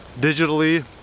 digitally